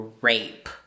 rape